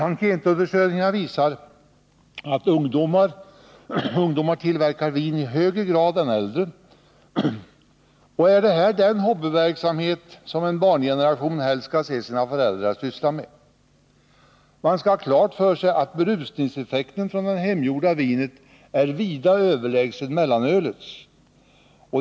Enkätundersökningar visar att ungdomar tillverkar vin i högre grad än äldre. Är det här den hobbyverksamhet som en barngeneration helst skall se sina föräldrar syssla med? Man måste ha klart för sig att berusningseffekten av det hemgjorda vinet är vida överlägsen mellanölets.